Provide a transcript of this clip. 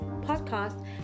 podcast